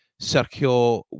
Sergio